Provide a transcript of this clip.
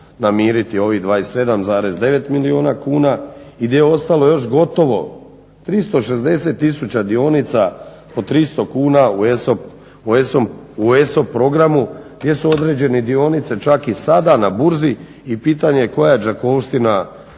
namiriti ovih 27,9 milijuna kuna i gdje je ostalo još gotovo 360 tisuća dionica po 300 u ESOP programu gdje su određene dionice čak i sada na burzi i pitanje koja je Đakovština